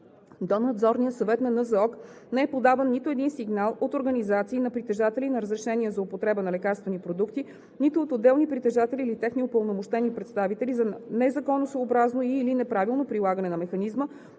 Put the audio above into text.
здравноосигурителна каса не е подаван нито един сигнал от организации на притежатели на разрешения за употреба на лекарствени продукти, нито от отделни притежатели или техни упълномощени представители, за незаконосъобразно и/или неправилно прилагане на механизма,